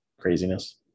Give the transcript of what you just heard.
craziness